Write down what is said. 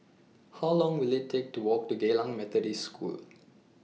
How Long Will IT Take to Walk to Geylang Methodist School